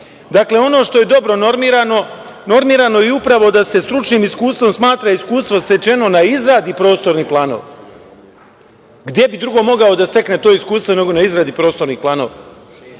Dakle, ono što je dobro normirano, normirano je upravo da se stručnim iskustvom smatra iskustvo stečeno na izradi prostornih planova. Gde bi drugo mogao da stekne to iskustvo nego na izradi prostornih